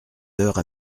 heures